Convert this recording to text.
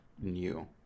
new